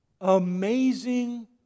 Amazing